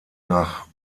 nach